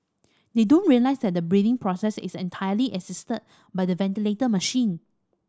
they don't realise that the breathing process is entirely assisted by the ventilator machine